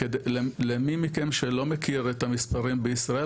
למי מכם שלא מכיר את המספרים בישראל,